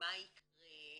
מה יקרה,